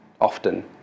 often